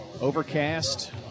Overcast